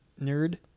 nerd